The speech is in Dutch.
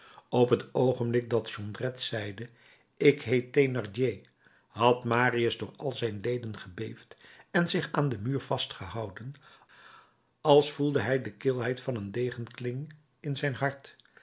op het oogenblik dat jondrette zeide ik heet thénardier had marius door al zijn leden gebeefd en zich aan den muur vastgehouden als voelde hij de kilheid van een degenkling in zijn hart